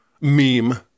meme